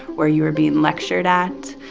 where you are being lectured at,